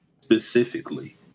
Specifically